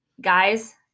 Guys